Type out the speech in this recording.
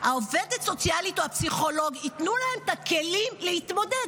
העובדת הסוציאלית או הפסיכולוג ייתנו להם את הכלים להתמודד,